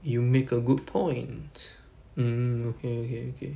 you make a good point mm okay okay okay